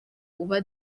uba